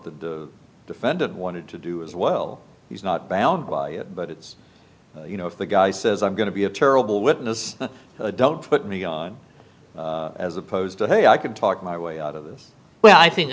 the defendant wanted to do as well he's not bound by it but it's you know if the guy says i'm going to be a terrible witness don't put me on as opposed to hey i could talk my way out of this well i think